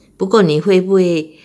不过你会不会